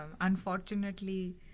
unfortunately